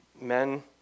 men